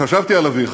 חשבתי על אביך